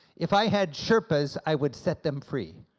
if i had sherpas i would set them free,